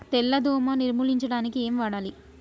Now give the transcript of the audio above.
తెల్ల దోమ నిర్ములించడానికి ఏం వాడాలి?